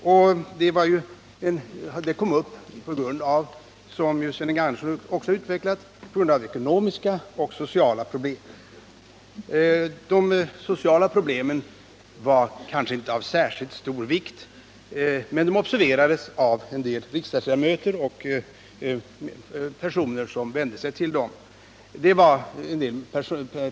Den här frågan kom upp, som Sven G. Andersson också har utvecklat, på grund av att ekonomiska och sociala problem var förknippade med spelverksamheten. De sociala problemen var kanske inte av särskilt stor vikt, men de observerades av en del riksdagsledamöter och av personer som vände sig till riksdagsledamöter.